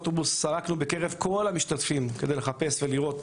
סרקנו בקרב כל המשתתפים על מנת לחפש ולראות.